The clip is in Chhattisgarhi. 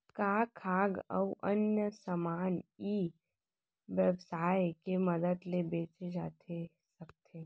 का खाद्य अऊ अन्य समान ई व्यवसाय के मदद ले बेचे जाथे सकथे?